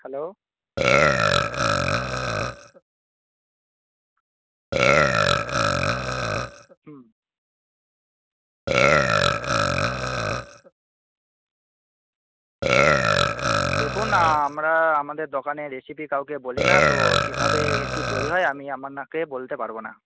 hello হুম দেখুন আমরা আমাদের দোকানের রেসিপি কাউকে বলিনা তো কীভাবে এটি তৈরি হয় আমি কে বলতে পারব না